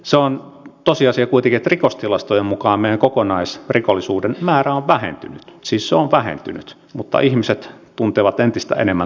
se on kuitenkin tosiasia että rikostilastojen mukaan meidän kokonaisrikollisuuden määrä on vähentynyt siis se on vähentynyt mutta ihmiset tuntevat entistä enemmän turvattomuutta